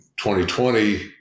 2020